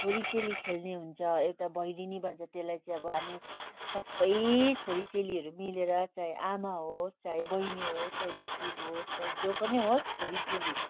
छोरी चेली खेल्ने हुन्छ एउटा भैलेनी भन्छ त्यसलाई चाहिँ अब हामी सबै छोरी चेलीहरू मिलेर चाहे आमा होस् चाहे बहिनी होस् चाहे दिदी होस् चाहे जो पनि होस् छोरी चेली